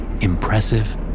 Impressive